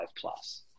plus